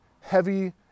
heavy